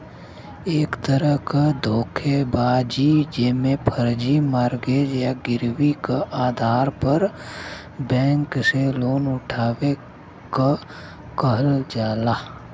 एक तरह क धोखेबाजी जेमे फर्जी मॉर्गेज या गिरवी क आधार पर बैंक से लोन उठावे क कहल जाला